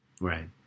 Right